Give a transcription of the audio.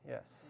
Yes